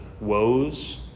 woes